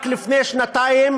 רק לפני שנתיים